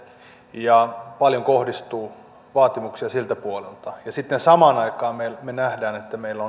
ja paljon kohdistuu vaatimuksia siltä puolelta ja sitten samaan aikaan me me näemme että meillä